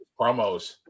Promos